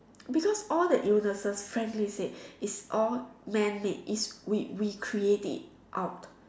because all the universe frankly said is all man made it's we we create it out